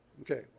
Okay